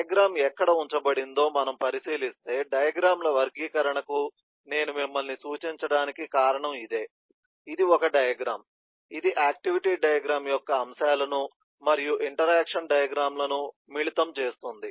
diagram ఎక్కడ ఉంచబడిందో మనం పరిశీలిస్తే డయాగ్రమ్ ల వర్గీకరణకు నేను మిమ్మల్ని సూచించడానికి కారణం ఇదే ఇది ఒక డయాగ్రమ్ ఇది ఆక్టివిటీ డయాగ్రమ్ యొక్క అంశాలను మరియు ఇంటరాక్షన్ డయాగ్రమ్ లను మిళితం చేస్తుంది